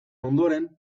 ondoren